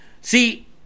See